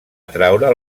atraure